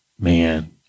Man